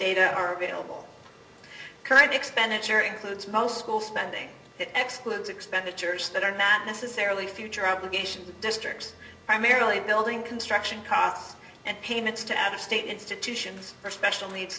data are available current expenditure includes most school spending that excludes expenditures that are not necessarily future obligations districts primarily building construction costs and payments to other state institutions for special needs